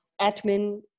admin